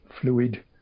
fluid